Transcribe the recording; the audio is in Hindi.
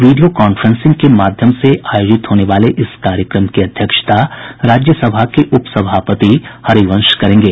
वीडियो कांफ्रेसिंग के माध्यम से आयोजित होने वाले इस कार्यक्रम की अध्यक्षता राज्यसभा के उपसभापति हरिवंश करेंगे